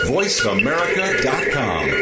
VoiceAmerica.com